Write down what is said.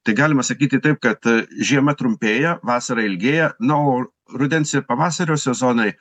tai galima sakyti taip kad žiema trumpėja vasara ilgėja na o rudens ir pavasario sezonai